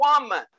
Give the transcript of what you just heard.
woman